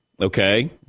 okay